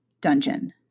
dungeon